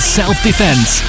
self-defense